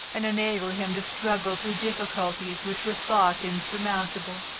and enable him to struggle through difficulties which were thought insurmountable.